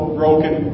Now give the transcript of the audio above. broken